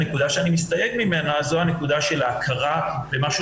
הנקודה שאני מסתייג ממנה זו הנקודה של ההכרה במשהו